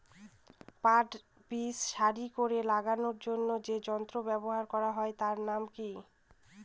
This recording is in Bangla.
পাট বীজ সারি করে লাগানোর জন্য যে যন্ত্র ব্যবহার হয় তার নাম কি?